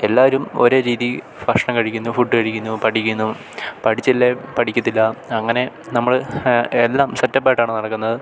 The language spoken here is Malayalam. എല്ലാവരും ഒരേ രീതി ഭക്ഷണം കഴിക്കുന്നു ഫുഡ് കഴിക്കുന്നു പഠിക്കുന്നു പഠിച്ചില്ലേ പഠിക്കത്തില്ല അങ്ങനെ നമ്മൾ എല്ലാം സെറ്റപ്പായിട്ടാണ് നടക്കുന്നത്